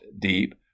deep